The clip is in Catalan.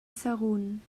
sagunt